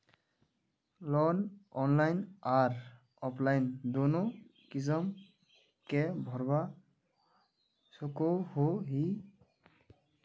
Loan online आर offline दोनों किसम के भरवा सकोहो ही?